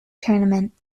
tournament